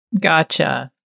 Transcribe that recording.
gotcha